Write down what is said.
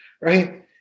Right